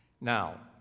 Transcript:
Now